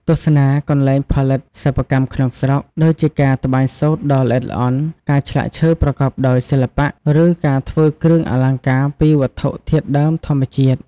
ទស្សនាកន្លែងផលិតសិប្បកម្មក្នុងស្រុក ដូចជាការត្បាញសូត្រដ៏ល្អិតល្អន់ ការឆ្លាក់ឈើប្រកបដោយសិល្បៈ ឬការធ្វើគ្រឿងអលង្ការពីវត្ថុធាតុដើមធម្មជាតិ។